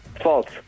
False